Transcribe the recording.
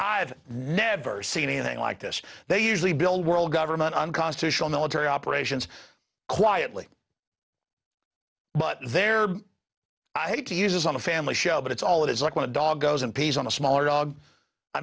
i've never seen anything like this they usually build world government unconstitutional military operations quietly but there are i hate to use this on a family show but it's all it is like when a dog goes and pees on a smaller dog i